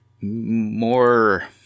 more